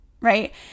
right